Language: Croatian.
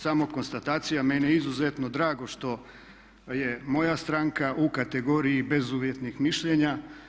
Samo konstatacija, meni je izuzetno drago što je moja stranka u kategoriji bezuvjetnih mišljenja.